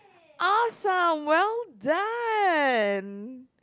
awesome well done